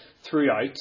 throughout